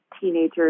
teenagers